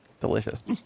delicious